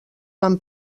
van